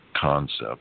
concept